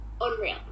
unreal